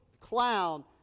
clown